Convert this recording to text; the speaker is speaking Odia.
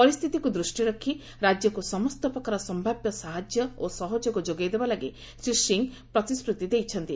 ପରିସ୍ଥିତିକୁ ଦୃଷ୍ଟିରେ ରଖି ରାଜ୍ୟକୁ ସମସ୍ତ ପ୍ରକାର ସୟାବ୍ୟ ସାହାଯ୍ୟ ଓ ସହଯୋଗ ଯୋଗାଇ ଦେବା ଲାଗି ଶ୍ରୀ ସିଂହ ପ୍ରତିଶ୍ରତି ଦେଇଛନ୍ତି